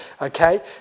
Okay